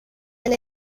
and